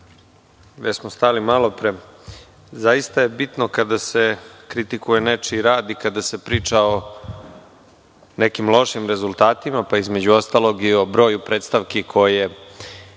nastavimo od malopre. Zaista je bitno kada se kritikuje nečiji rad i kada se priča o nekim lošim rezultatima, pa između ostalog i o broju predstavki koje